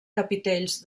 capitells